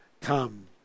come